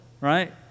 right